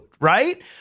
right